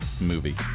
movie